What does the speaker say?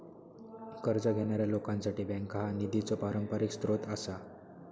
कर्ज घेणाऱ्या लोकांसाठी बँका हा निधीचो पारंपरिक स्रोत आसा